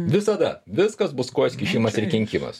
visada viskas bus kojos kišimas ir kenkimas